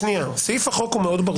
שנייה, סעיף החוק הוא מאוד ברור.